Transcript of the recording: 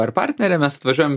ar partnere mes atvažiuojam